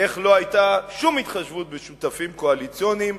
איך לא היתה שום התחשבות בשותפים קואליציוניים,